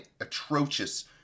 atrocious